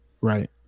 Right